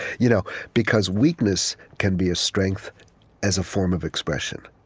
you know because weakness can be a strength as a form of expression